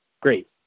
great